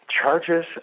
charges